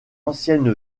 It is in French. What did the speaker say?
ancienne